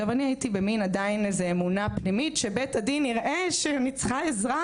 אני הייתי במין עדיין אמונה פנימית שבית הדין יראה שאני צריכה עזרה,